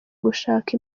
gushaka